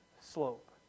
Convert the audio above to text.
slope